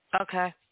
Okay